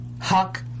Huck